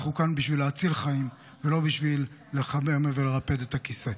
אנחנו כאן בשביל להציל חיים ולא בשביל לחמם ולרפד את הכיסא.